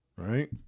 Right